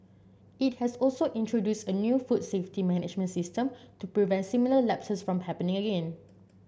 it has also introduced a new food safety management system to prevent similar lapses from happening again